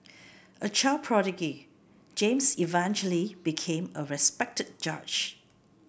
a child prodigy James eventually became a respected judge